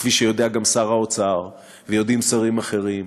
וכפי שיודע גם שר האוצר, ויודעים שרים אחרים,